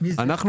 אנחנו